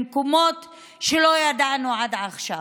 למקומות שלא ידענו עד עכשיו.